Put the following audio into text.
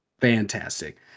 Fantastic